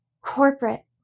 corporate